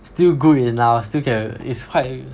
still good enough still can it's quite